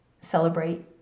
Celebrate